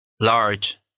large